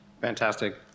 fantastic